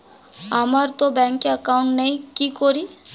আমারতো ব্যাংকে একাউন্ট নেই কি করি?